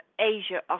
Asia